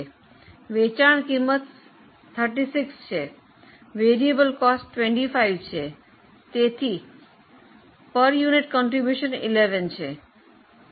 વેચાણ કિંમત 36 છે ચલિત ખર્ચ 25 છે તેથી એકમ દીઠ ફાળો 11 છે